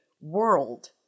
world